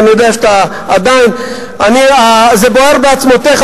כי אני יודע שעדיין זה בוער בעצמותיך.